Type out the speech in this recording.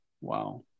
Wow